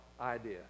idea